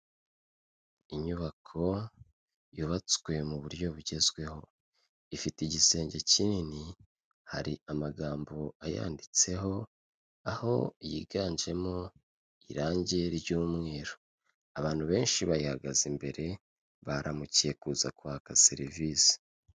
Inyubako yubatswe mu buryo bugezweho ifite igisenge kinini, hari amagambo ayanditseho aho yiganjemo irange ry'umweru, abantu benshi bayihagaze imbere baramukiye kuza kwaka serivisi.